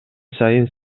сайын